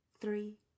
three